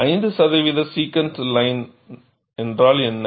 5 சதவிகித second line என்ன